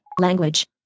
Language